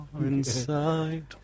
inside